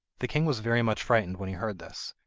the king was very much frightened when he heard this,